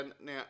now